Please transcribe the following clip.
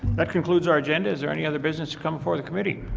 that concludes our agenda. is there any other business to come before the committee?